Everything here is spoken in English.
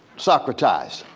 socratized.